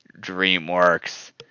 DreamWorks